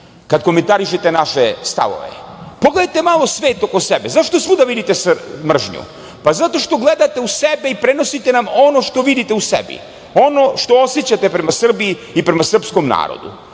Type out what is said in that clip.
kada komentarišete naše stavove. Pogledajte malo svet oko sebe. Zašto svuda vidite mržnju? Pa zato što gledate u sebe i prenosite nam ono što vidite u sebi, ono što osećate prema Srbiji i prema srpskom narodu.